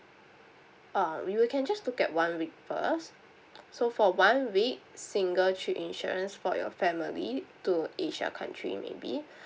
uh we will can just look at one week first so for one week single trip insurance for your family to asia country maybe